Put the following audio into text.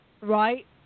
Right